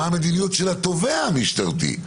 מה המדיניות של התובע המשטרתי?